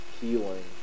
healing